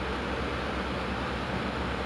so ya that was kind of cool